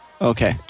Okay